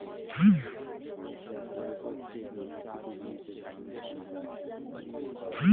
labour check মানে কিছু জিনিসের দাম যখন কমে